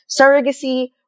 surrogacy